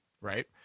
right